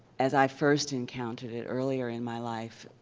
as i first encountered it earlier in my life,